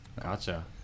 gotcha